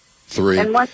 Three